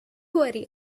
worry